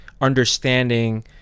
understanding